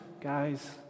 guys